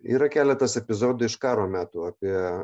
yra keletas epizodų iš karo metų apie